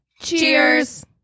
Cheers